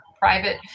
private